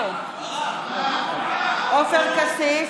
עופר כסיף,